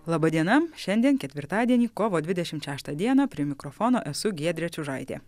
laba diena šiandien ketvirtadienį kovo dvidešimt šeštą dieną prie mikrofono esu giedrė čiužaitė